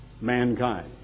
mankind